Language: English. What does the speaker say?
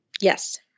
yes